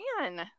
man